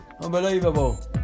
Unbelievable